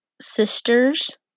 sisters